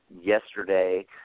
yesterday